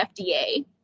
FDA